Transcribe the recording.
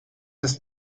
ist